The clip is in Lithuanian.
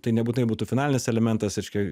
tai nebūtinai būtų finalinis elementas reiškia